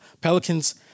Pelicans